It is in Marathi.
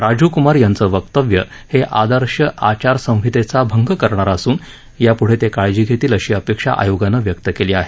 राजीव कुमार यांच वक्तव्य हे आदर्श आचारसंहितेचा भंग करणारं असून यापुढे ते काळजी घेतील अशी अपेक्षा आयोगान व्यक्त केली आहे